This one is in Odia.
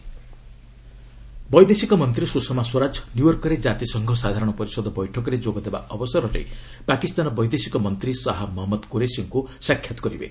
ସୁଷମା ମିଟିଂ ବୈଦେଶିକ ମନ୍ତ୍ରୀ ସୁଷମା ସ୍ୱରାଜ ନ୍ୟୁୟର୍କରେ କାତିସଂଘ ସାଧାରଣ ପରିଷଦ ବୈଠକରେ ଯୋଗଦେବା ଅବସରରେ ପାକିସ୍ତାନ ବୈଦେଶିକ ମନ୍ତ୍ରୀ ଶାହା ମହଜ୍ଞଦ କୁରେସିଙ୍କ ସାକ୍ଷାତ କରିବେ